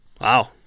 Wow